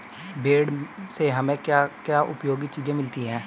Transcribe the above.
भेड़ से हमें क्या क्या उपयोगी चीजें मिलती हैं?